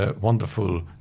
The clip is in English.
Wonderful